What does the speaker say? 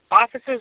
officers